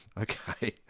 Okay